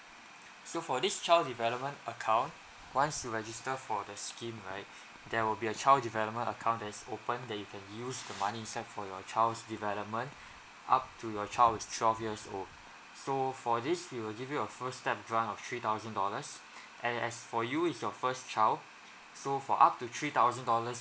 so for this child development account once you register for the scheme right there will be a child development account that is opened that you can use the money send for your child's development up to your child is twelve years old so for this we will give you a first step grant of three thousand dollars and as for you it's your first child so for up to three thousand dollars